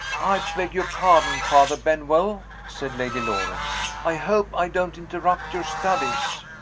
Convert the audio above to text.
i beg your pardon, father benwell, said lady loring i hope i don't interrupt your studies?